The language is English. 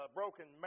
broken